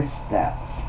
stats